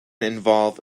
involve